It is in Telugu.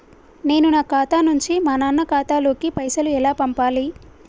నేను నా ఖాతా నుంచి మా నాన్న ఖాతా లోకి పైసలు ఎలా పంపాలి?